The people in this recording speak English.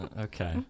okay